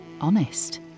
honest